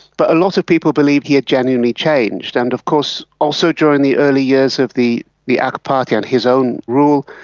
but a lot of people believe he had genuinely changed, changed, and of course also during the early years of the the ak party and his own rule,